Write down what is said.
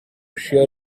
shear